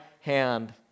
hand